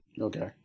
okay